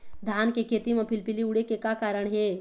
धान के खेती म फिलफिली उड़े के का कारण हे?